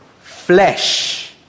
flesh